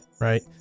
right